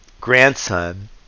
grandson